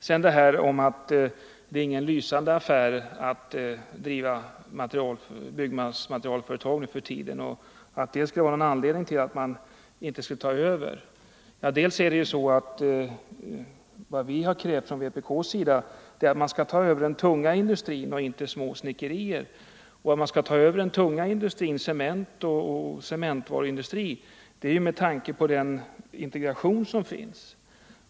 Så ett par ord om detta att det inte är någon lysande affär att driva byggmaterialföretag nu för tiden och att det skulle vara en anledning till att staten inte skall ta över. Ja, vad vi har krävt från vpk:s sida är att man skall ta över den tunga industrin och inte små snickerier. Att man skall ta över den tunga industrin — cementoch cementvaruindustrin — beror ju på den integration som finns.